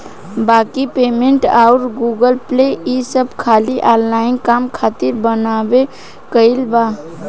बाकी पेटीएम अउर गूगलपे ई सब खाली ऑनलाइन काम खातिर बनबे कईल बा